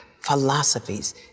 philosophies